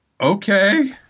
okay